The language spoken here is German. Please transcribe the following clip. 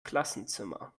klassenzimmer